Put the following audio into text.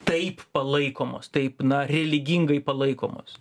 taip palaikomos taip na religingai palaikomos